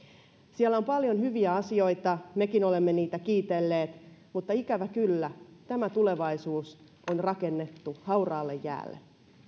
siellä on paljon hyviä asioita mekin olemme niitä kiitelleet mutta ikävä kyllä tämä tulevaisuus on rakennettu hauraalle jäälle